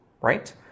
right